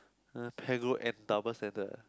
uh pegro and double standard ah